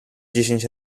dziesięć